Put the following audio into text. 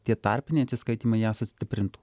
tie tarpiniai atsiskaitymai ją sustiprintų